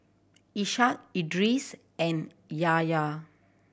Ishak Idris and Yahya